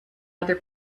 other